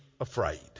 afraid